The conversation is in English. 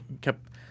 kept